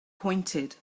pointed